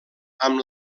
amb